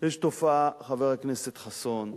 חבר הכנסת חסון,